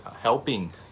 helping